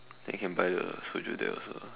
then can buy the soju there also